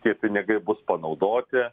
tie pinigai bus panaudoti